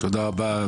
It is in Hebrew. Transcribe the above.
תודה רבה,